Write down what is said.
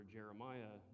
Jeremiah